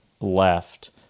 Left